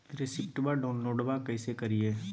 रेसिप्टबा डाउनलोडबा कैसे करिए?